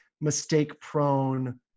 mistake-prone